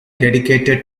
dedicated